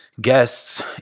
Guests